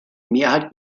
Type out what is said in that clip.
mehrheit